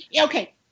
okay